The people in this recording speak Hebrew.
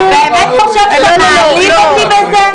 אתה באמת חושב שאתה מעליב אותי בזה?